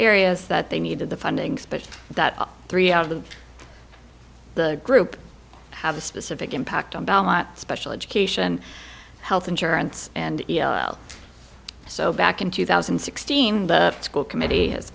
areas that they needed the findings but that three out of the group have a specific impact on belmont special education health insurance and so back in two thousand and sixteen the school committee is